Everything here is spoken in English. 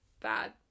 bad